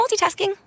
multitasking